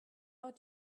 out